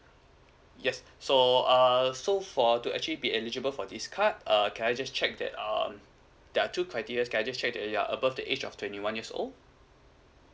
yes so uh so for to actually be eligible for this card err can I just check that um there are two criteria can I just check that you are above the age of twenty one years old